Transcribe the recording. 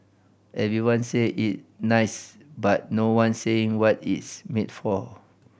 everyone say is nice but no one saying what is made for